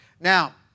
Now